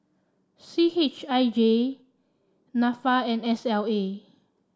C H I J NAFA and S L A